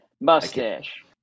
mustache